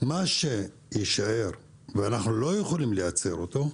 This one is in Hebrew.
מה שיישאר ואנחנו לא יכולים לייצר אותו,